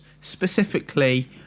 specifically